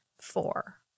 four